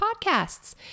podcasts